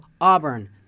Auburn